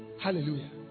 Hallelujah